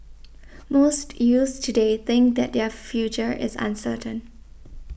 most youths today think that their future is uncertain